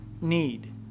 need